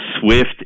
SWIFT